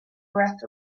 breath